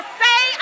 say